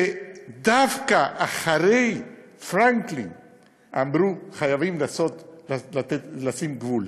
דווקא אחרי פרנקלין אמרו: חייבים לשים גבול.